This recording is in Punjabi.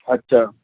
ਅੱਛਾ